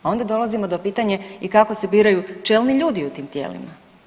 Onda dolazimo do pitanja i kako se biraju čelni ljudi u tim tijelima?